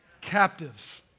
captives